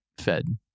fed